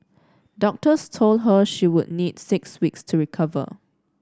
doctors told her she would need six weeks to recover